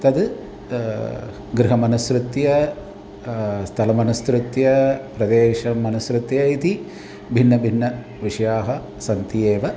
तद् गृहमनुसृत्य स्थलम् अनुसृत्य प्रदेशम् अनुसृत्य इति भिन्न भिन्न विषयाः सन्ति एव